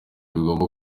bigomba